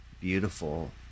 beautiful